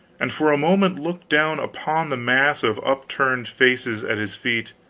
and for a moment looked down upon the mass of upturned faces at his feet,